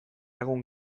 egun